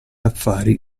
affari